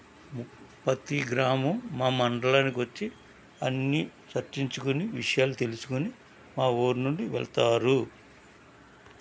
ప్రతీ గ్రామం మా మండలానికి వచ్చి అన్నీ చర్చించుకోని విషయాలు తెలుసుకోని మా ఊరి నుండి వెళ్తారు